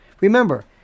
Remember